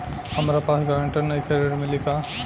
हमरा पास ग्रांटर नईखे ऋण मिली का?